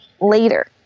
later